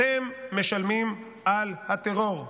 אתם משלמים על הטרור.